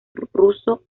ruso